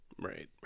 right